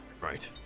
Right